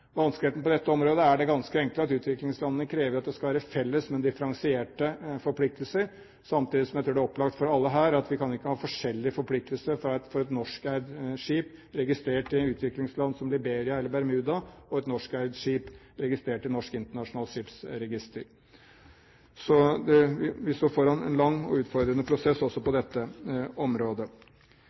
Vanskeligheten på dette området er det ganske enkle at utviklingslandene krever at det skal være felles, men differensierte forpliktelser, samtidig som jeg tror det er opplagt for alle her at vi ikke kan ha forskjellige forpliktelser for et norskeid skip registrert i utviklingsland som Liberia eller Bermuda, og et norskeid skip registrert i Norsk Internasjonalt Skipsregister. Så vi står foran en lang og utfordrende prosess også på dette området.